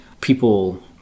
People